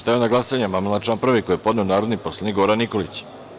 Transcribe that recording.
Stavljam na glasanje amandman na član 2. koji je podneo narodni poslanik Goran Nikolić.